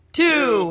two